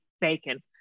bacon